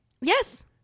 Yes